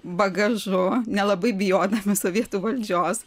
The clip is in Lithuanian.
bagažu nelabai bijodami sovietų valdžios